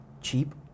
cheap